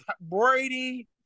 Brady